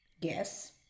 Yes